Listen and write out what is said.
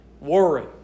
worry